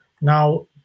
now